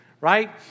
right